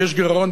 יש גירעון,